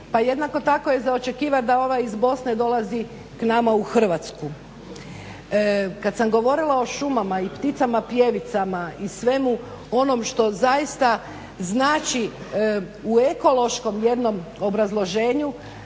pa jednako tako je za očekivati da ovaj iz Bosne dolazi k nama u Hrvatsku. Kad sam govorila o šumama i pticama pjevicama i svemu onom što zaista znači u ekološkom jednom obrazloženju